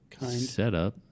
setup